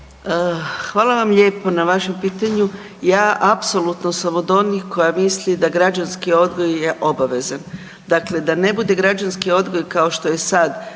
Hvala vam lijepo na vašem pitanju. Ja apsolutno sam od onih koja misli da građanski odgoj je obavezan, dakle da ne bude građanski odgoj kao što je sad